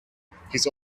his